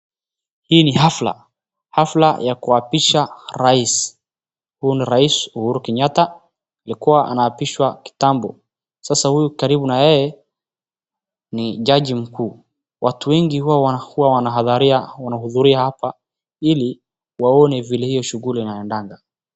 Hii ni hafla, hafla ya kuapisha rais, huyu ni rais Uhuru Kenyatta, alikua anaapishwa kitambo, sasa huyu karibu na yeye ni jaji mkuu. Watu wengi huwa wa hudhuria hapa ili waone vile hiyo shughuli inaendanga.